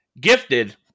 gifted